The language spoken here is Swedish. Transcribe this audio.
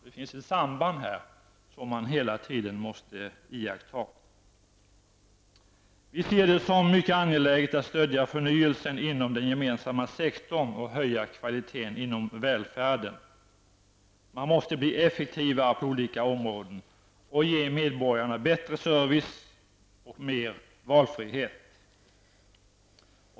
Det finns alltså ett samband här, något som alltid måste beaktas. Vi anser det vara mycket angeläget att stödja arbetet med förnyelsen inom den gemensamma sektorn och med att höja kvaliteten beträffande välfärden. Större effektivitet måste uppnås på olika områden. Dessutom måste medborgarna få bättre service och större valfrihet.